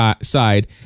side